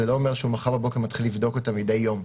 זה לא אומר שמחר בבוקר הוא מתחיל לבדוק אותה מדי יום,